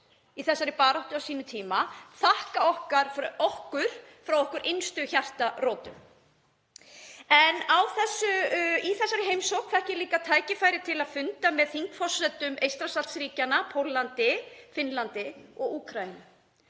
í þessari baráttu á sínum tíma þakka okkur frá innstu hjartarótum. Í þessari heimsókn fékk ég líka tækifæri til að funda með þingforsetum Eystrasaltsríkjanna, Póllandi, Finnlandi og Úkraínu.